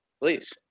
Please